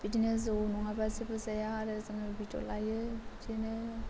बिदिनो जौ नङाबा जेबो जाया आरो जोङो भिडिय' लायो बिदिनो